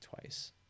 twice